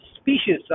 species